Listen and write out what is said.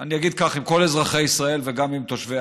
אני אגיד ככה: עם כל אזרחי ישראל וגם עם תושבי